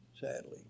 sadly